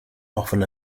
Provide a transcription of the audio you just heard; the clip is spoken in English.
often